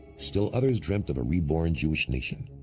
still others dreamt of a reborn jewish nation.